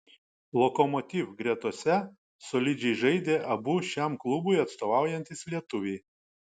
lokomotiv gretose solidžiai žaidė abu šiam klubui atstovaujantys lietuviai